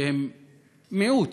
שהם מיעוט,